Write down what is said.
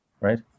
right